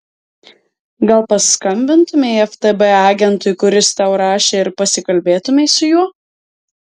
gal paskambintumei ftb agentui kuris tau rašė ir pasikalbėtumei su juo